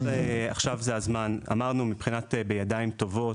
"בידיים טובות"